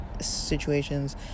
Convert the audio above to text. situations